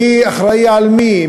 מי אחראי למי?